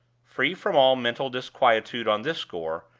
free from all mental disquietude on this score,